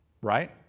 Right